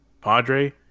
Padre